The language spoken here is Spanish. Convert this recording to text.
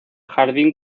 jardín